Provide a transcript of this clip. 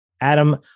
adam